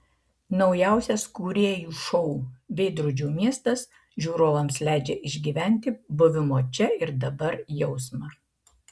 naujausias kūrėjų šou veidrodžių miestas žiūrovams leidžia išgyventi buvimo čia ir dabar jausmą